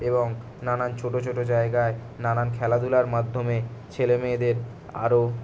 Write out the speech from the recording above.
এবং নানান ছোট ছোট জায়গায় নানান খেলাধূলার মাধ্যমে ছেলে মেয়েদের আরো